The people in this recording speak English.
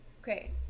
okay